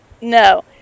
no